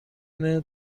اینه